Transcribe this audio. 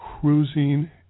cruising